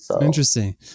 Interesting